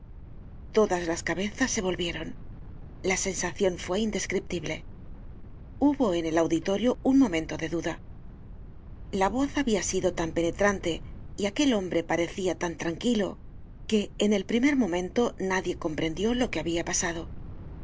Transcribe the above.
todas las cabezas se volvieron la sensacion fue indescriptible hubo en el auditorio un momento de duda la voz habia sido tan penetrante y aquel hombre parecía tan tranquilo que en el primer momento nadie comprendió lo que habia pasado